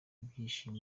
ibyishimo